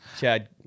Chad